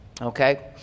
okay